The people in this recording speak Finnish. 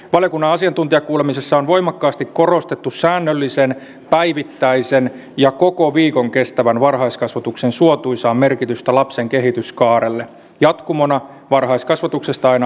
valiokunnan asiantuntijakuulemisissa on voimakkaasti korostettu säännöllisen päivittäisen ja koko viikon kestävän varhaiskasvatuksen suotuisaa merkitystä lapsen kehityskaarelle jatkumona varhaiskasvatuksesta aina aikuiskoulutukseen asti